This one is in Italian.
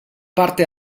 parte